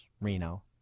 Reno